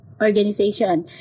organization